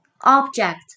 Object